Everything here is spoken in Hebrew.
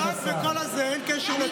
בועז, צבועה ושקרנית.